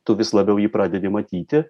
tu vis labiau jį pradedi matyti